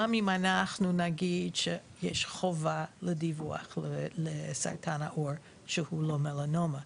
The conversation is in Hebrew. גם אם אנחנו נגיד שיש חובת דיווח לסרטן העור שהוא לא מלנומה.